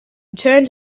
returned